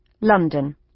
London